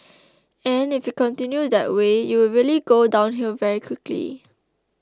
and if you continue that way you will really go downhill very quickly